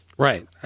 Right